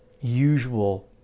usual